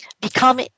become